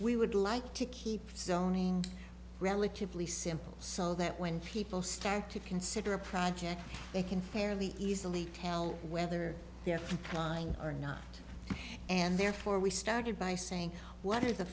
we would like to keep zoning relatively simple so that when people start to consider a project they can fairly easily tell whether they're dying or not and therefore we started by saying what are the